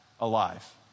alive